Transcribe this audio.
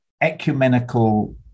ecumenical